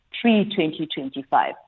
pre-2025